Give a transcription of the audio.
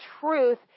truth